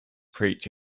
preach